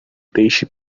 peixe